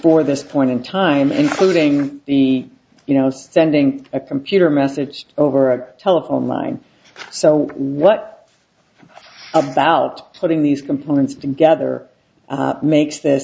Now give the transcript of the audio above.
before this point in time including the you know sending a computer message over a telephone line so what about putting these components together makes th